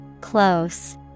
Close